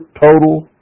total